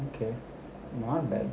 okay